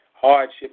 hardships